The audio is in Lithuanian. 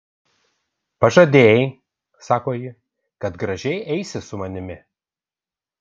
pažadėjai sako ji kad gražiai eisi su manimi